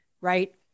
right